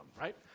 right